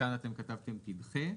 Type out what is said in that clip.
כאן אתם כתבתם "תדחה",